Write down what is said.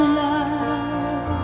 love